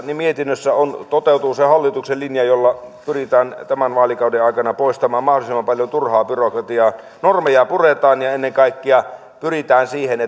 mietinnössä toteutuu nimenomaan se hallituksen linja jolla pyritään tämän vaalikauden aikana poistamaan mahdollisimman paljon turhaa byrokratiaa normeja puretaan ja ennen kaikkea pyritään siihen